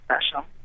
special